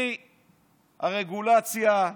הרגולציה,